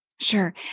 Sure